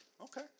Okay